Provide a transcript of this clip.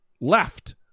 left